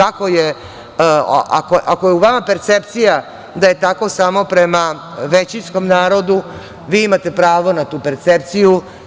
Ako je u vama percepcija da je tako samo prema većinskom narodu, vi imate pravo na tu percepciju.